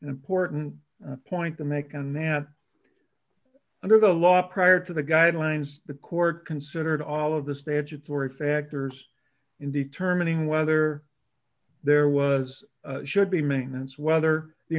important point to make and that under the law prior to the guidelines the court considered all of the statutory factors in determining whether there was should be maintenance whether the